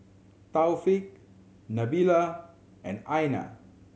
Taufik Nabila and Aina